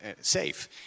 safe